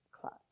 club